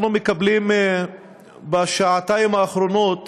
אנחנו מקבלים בשעתיים האחרונות